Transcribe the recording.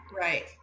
Right